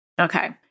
Okay